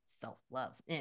self-love